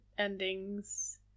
Endings